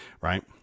Right